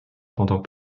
pendant